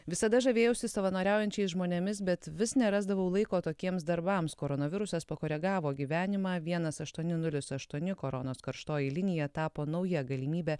visada žavėjausi savanoriaujančiais žmonėmis bet vis nerasdavau laiko tokiems darbams koronavirusas pakoregavo gyvenimą vienas aštuoni nulis aštuoni koronos karštoji linija tapo nauja galimybe